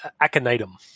aconitum